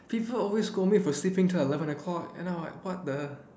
people always scold me for sleeping till eleven o clock and I am like what the